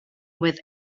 with